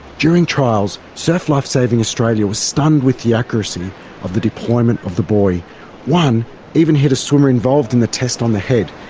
during trials, surf life saving australia was stunned with the accuracy of the deployment of the buoy one even hit a swimmer involved in the test on the head.